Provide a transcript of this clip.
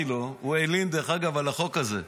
הוא הלין על החוק הזה.